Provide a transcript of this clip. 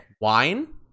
Wine